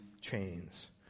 chains